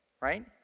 right